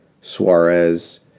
Suarez